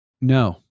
No